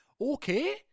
Okay